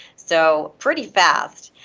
so pretty fast.